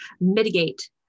mitigate